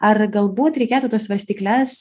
ar galbūt reikėtų tas svarstykles